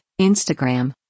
Instagram